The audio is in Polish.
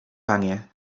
panie